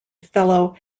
fellow